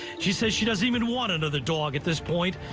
she says she doesn't um and want another dog at this point.